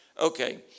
Okay